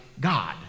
God